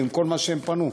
עם כל מה שהם בנו?